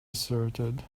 asserted